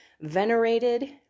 venerated